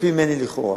מצפים ממני לכאורה